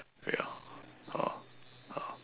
ya ah ah